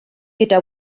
gyda